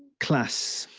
class,